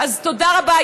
אז תודה רבה.